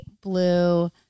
blue